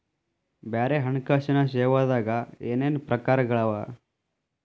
ಬ್ಯಾರೆ ಹಣ್ಕಾಸಿನ್ ಸೇವಾದಾಗ ಏನೇನ್ ಪ್ರಕಾರ್ಗಳವ?